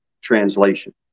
translation